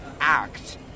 act